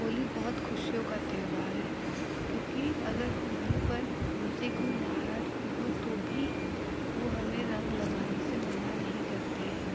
होली बहुत खुशियों का त्यौहार है क्योंकि अगर होली पर हम से कोई नाराज़ भी हो तो भी वो हमें रंग लगाने से मना नहीं करते